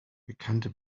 bekannte